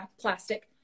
plastic